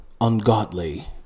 ungodly